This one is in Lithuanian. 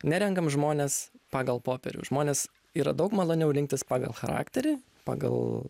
nerenkam žmones pagal popierių žmones yra daug maloniau rinktis pagal charakterį pagal